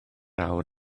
awr